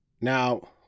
Now